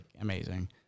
amazing